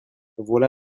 voilà